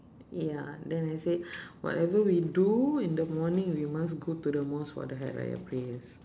ya then I said whatever we do in the morning we must go to the mosque for the hari raya prayers